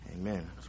Amen